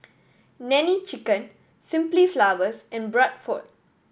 Nene Chicken Simply Flowers and Bradford